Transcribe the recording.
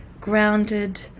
grounded